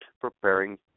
preparing